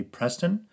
Preston